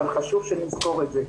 אבל חשוב שנזכור את זה,